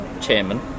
chairman